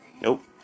Nope